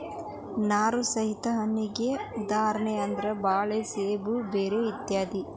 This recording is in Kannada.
ನಾರು ಸಹಿತ ಹಣ್ಣಿಗೆ ಉದಾಹರಣೆ ಅಂದ್ರ ಬಾಳೆ ಸೇಬು ಬೆರ್ರಿ ಇತ್ಯಾದಿ